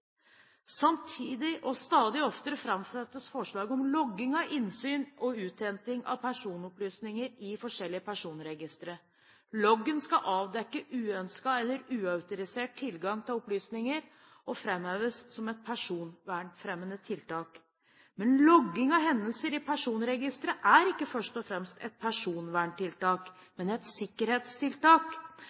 Samtidig og stadig oftere framsettes forslag om logging av innsyn og uthenting av personopplysninger i forskjellige personregistre. Loggen skal avdekke uønsket eller uautorisert tilgang til opplysninger og framheves som et personvernfremmende tiltak. Logging av hendelser i personregisteret er ikke først og fremst et personverntiltak, men et sikkerhetstiltak.